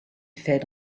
fed